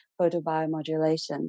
photobiomodulation